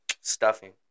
Stuffing